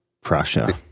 Prussia